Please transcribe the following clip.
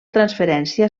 transferència